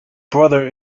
brother